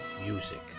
music